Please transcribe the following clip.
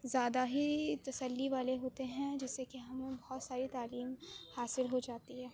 زیادہ ہی تسلی والے ہوتے ہیں جس سے کہ ہمیں بہت ساری تعلیم حاصل ہو جاتی ہے